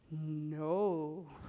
No